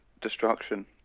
Destruction